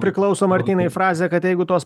priklauso martynai frazė kad jeigu tos